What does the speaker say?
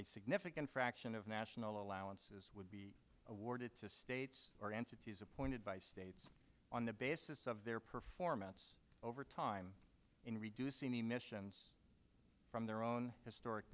a significant fraction of national allowances would be awarded to states or entities appointed by states on the basis of their performance over time in reducing emissions from their own historic